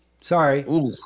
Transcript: sorry